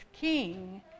king